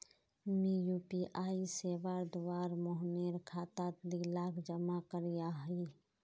मी यु.पी.आई सेवार द्वारा मोहनेर खातात दी लाख जमा करयाही